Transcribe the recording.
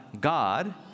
God